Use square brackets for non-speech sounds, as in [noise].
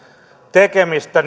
tekemistä [unintelligible]